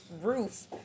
roof